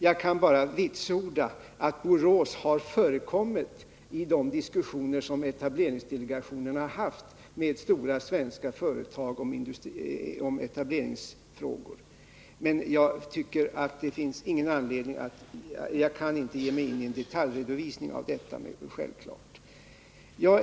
Jag kan bara vitsorda att Borås har förekommit i de diskussioner som etableringsdelegationen har haft med stora svenska företag om etableringsfrågor. Att jag inte nu kan ge mig in i en detaljredovisning är självklart.